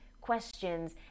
questions